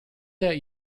that